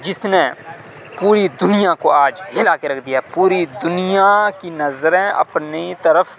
جس نے پوری دنیا کو آج ہلا کے رکھ دیا ہے پوری دنیا کی نظریں اپنی طرف